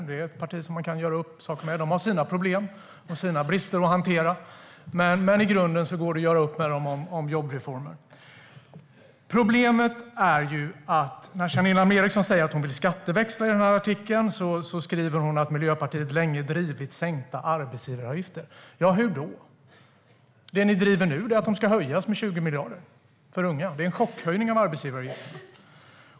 Det är ett parti som man kan göra upp om saker med. De har sina problem och sina brister att hantera, men i grunden går det att göra upp med dem om jobbreformer. Janine Alm Ericson skriver i den här artikeln att hon vill skatteväxla och att Miljöpartiet länge har drivit frågan om sänkta arbetsgivaravgifter. Hur då? Det ni driver nu är att de ska höjas med 20 miljarder för unga. Det är en chockhöjning av arbetsgivaravgifterna.